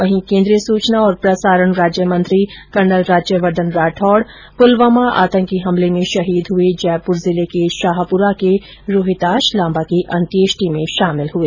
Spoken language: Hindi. वहीं केंद्रीय सूचना और प्रसारण राज्यमंत्री कर्नल राज्यवर्धन राठौड़ पुलवामा आतंकी हमले में शहीद हुए जयपुर जिले के शाहपुरा के रोहिताश लांबा की अंत्येष्टि में शामिल हुए